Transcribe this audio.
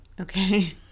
Okay